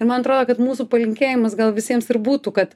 ir man atrodo kad mūsų palinkėjimas gal visiems ir būtų kad